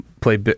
play